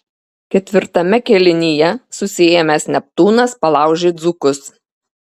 ketvirtame kėlinyje susiėmęs neptūnas palaužė dzūkus